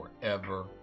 forever